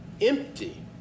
empty